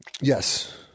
Yes